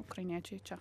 ukrainiečiai čia